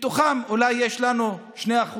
מתוכם אולי יש לנו 2%